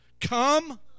Come